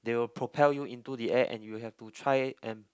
they will propel you into the air and you have to try and